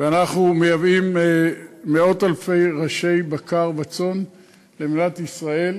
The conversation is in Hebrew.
ואנחנו מייבאים מאות-אלפי ראשי בקר וצאן למדינת ישראל.